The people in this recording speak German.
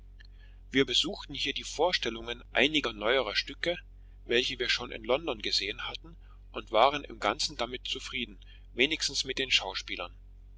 wir besuchten hier die vorstellungen einiger neuerer schauspiele welche wir schon in london gesehen hatten und waren im ganzen damit zufrieden wenigstens mit den schauspielern